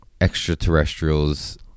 extraterrestrials